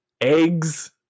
eggs